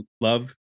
Love